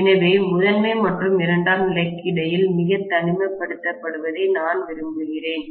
எனவே முதன்மை மற்றும் இரண்டாம் நிலைக்கு இடையில் மிகத் தனிமைப்படுத்தப்படுவதை நான் விரும்புகிறேன்